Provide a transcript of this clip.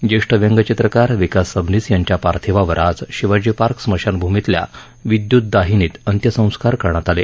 ज्येष्ठ व्यंगचित्रकार विकास सबनीस यांच्या पार्थिवावर आज शिवाजी पार्क स्मशानभूमीतल्या विदयुत दाहिनीत अंत्यसंस्कार करण्यात आले